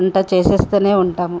వంట చేసేస్తూనే ఉంటాము